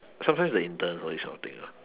sometimes the intern is helping lah